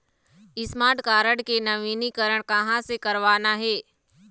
Smart card के नवीनीकरण कहां से करवाना हे?